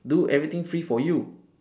do everything free for you